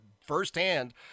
firsthand